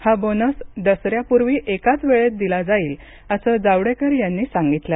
हा बोनस दसऱ्यापूर्वी एकाच वेळेत दिला जाईल असं जावडेकर यांनी सांगितलं